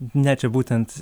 ne čia būtent